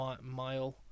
Mile